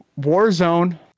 Warzone